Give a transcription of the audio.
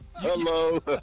Hello